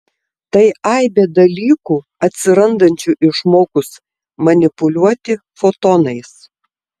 tai aibė dalykų atsirandančių išmokus manipuliuoti fotonais